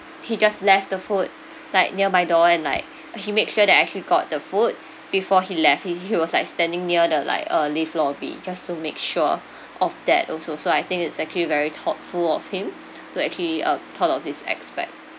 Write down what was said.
he just left the food like near my door and like he made sure that I actually got the food before he left he he was like standing near the like uh lift lobby just to make sure of that also so I think it's actually very thoughtful of him to actually uh thought of this aspect